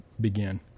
begin